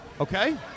Okay